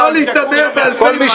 ולא להתעמר באלפי אנשים --- כל מי